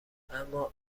اما